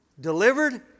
Delivered